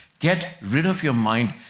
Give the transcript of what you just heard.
get rid of your mind.